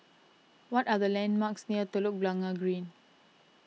what are the landmarks near Telok Blangah Green